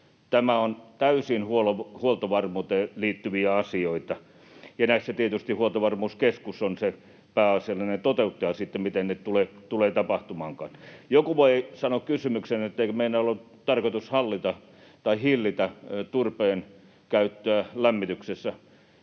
Nämä ovat täysin huoltovarmuuteen liittyviä asioita, ja näissä tietysti Huoltovarmuuskeskus on sitten se pääasiallinen toteuttaja, miten ne tulevat tapahtumaankaan. Joku voi sanoa kysymyksenä, etteikö meidän ole tarkoitus hillitä turpeen käyttöä lämmityksessä.